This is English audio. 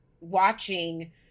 watching